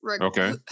okay